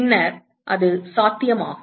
பின்னர் அது சாத்தியமாகும்